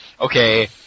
okay